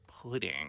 pudding